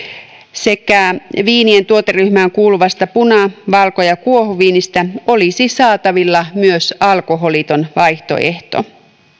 sekä viinien tuoteryhmään kuuluvasta puna valko ja kuohuviinistä olisi saatavilla myös alkoholiton vaihtoehto